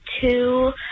two